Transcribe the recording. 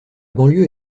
banlieue